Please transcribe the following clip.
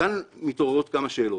כאן מתעוררות כמה שאלות: